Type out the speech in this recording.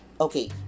Okay